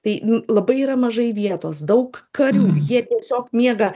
tai labai yra mažai vietos daug karių jie tiesiog miega